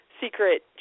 secret